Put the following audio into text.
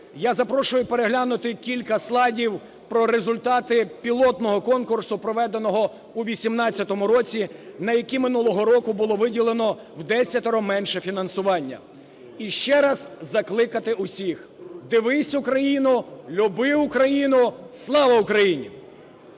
я запрошую переглянути кілька слайдів про результати пілотного конкурсу, проведеного у 18-му році, на який минулого року було виділено вдесятеро менше фінансування, і ще раз закликати усіх: дивись Україну, люби Україну. Слава Україні!